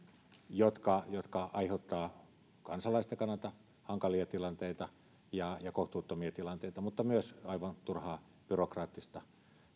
jotka jotka aiheuttavat kansalaisten kannalta hankalia tilanteita ja kohtuuttomia tilanteita mutta myös aivan turhaa byrokraattista